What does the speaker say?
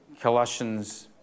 Colossians